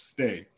Stay